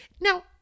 Now